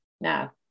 now